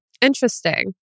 interesting